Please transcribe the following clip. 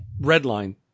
Redline